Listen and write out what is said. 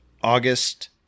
August